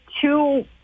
two